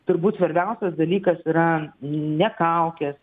turbūt svarbiausias dalykas yra ne kaukės